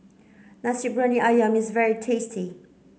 Nasi Briyani Ayam is very tasty